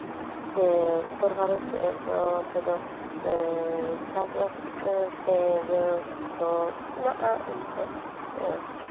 ᱩᱛᱛᱚᱨ ᱵᱷᱟᱨᱚᱛ ᱥᱮᱫ ᱫᱚ ᱚᱱᱛᱮ ᱫᱚ ᱮ ᱪᱟᱥᱼᱵᱟᱥ ᱥᱮ ᱤᱭᱟᱹ ᱫᱚ ᱢᱮᱱᱟᱜᱼᱟ ᱤᱱᱠᱟᱹ ᱦᱮᱸ